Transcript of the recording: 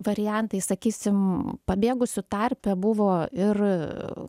variantai sakysim pabėgusių tarpe buvo ir